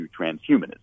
transhumanism